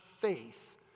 faith